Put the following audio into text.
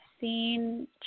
seen